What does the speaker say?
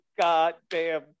goddamn